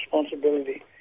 responsibility